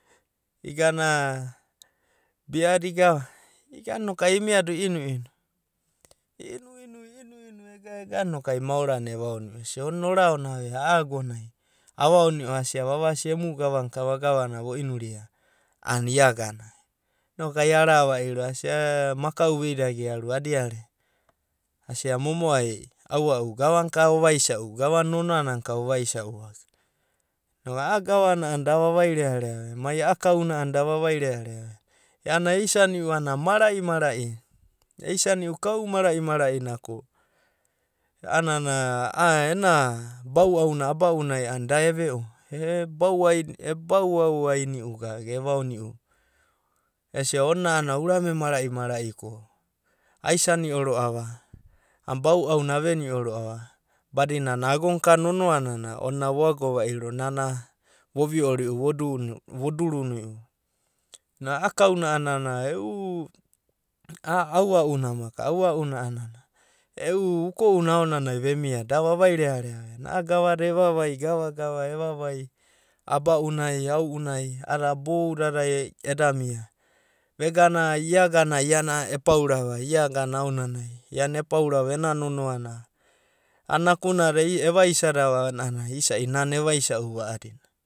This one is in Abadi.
Igana biada igava igana inok ai imiado i'inu'inu i'inu'inu ega egana inoku ai niarana evaono'u esia onina a'a agonai avanio asia vavasi emu gava ka vo inuria a'ana ia agana. Inok ai ara vairo asia a maka'u veidado gearu asia momo'ai aua'u gavan nonoanana ka ova isa'u. A'a gavana a'ana da vavairearea mai a'a kauna a'ana da vavairearea venia. Iana eisani'u kau marai mara'ina ko a'anana a'a ena bau'auna aba'unai a'ana da eve'o ebau ai, ebauau aini'u gaga evaono'u esia ona a'anana urame mara'i mara'i mara'ina aisani'o ro'ava, a'a bou'auna avenio ro'ava a'ana badinana agonka nonoa nanai ona vo ago va'iro nana vovi'ori'u vo durinio. A'a kauna a'anana e'u, a'a aua'una amaka, ana'una a'anana e'u, uko'una aonanai vemia da vavairearea vena. A'a gavada evavai, gava gava evavai aba'unai, ao'unai ada boudadai eda mia vegana iagana iana epaurava, iagana aonanai iana epaurava ena nonoa na a'a nakunana vei eva isadava ana isa'i nana eva isa'uva a'adina.